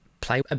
play